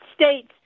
States